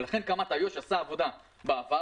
לכן קמ"ט איו"ש עשה עבודה בעבר,